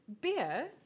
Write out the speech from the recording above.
Beer